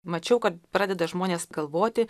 mačiau kad pradeda žmonės galvoti